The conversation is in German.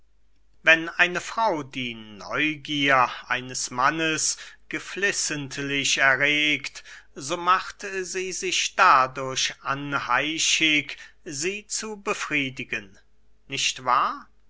wenn eine frau die neugier eines mannes geflissentlich erregt so macht sie sich dadurch anheischig sie zu befriedigen nicht wahr